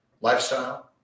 lifestyle